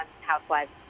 housewives